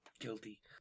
guilty